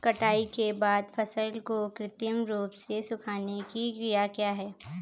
कटाई के बाद फसल को कृत्रिम रूप से सुखाने की क्रिया क्या है?